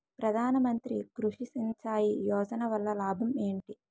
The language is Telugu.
ప్రధాన మంత్రి కృషి సించాయి యోజన వల్ల లాభం ఏంటి?